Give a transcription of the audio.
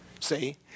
See